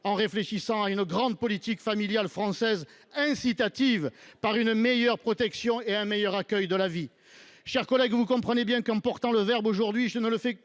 en réfléchissant à une grande politique familiale française incitative par une meilleure protection et un meilleur accueil de la vie.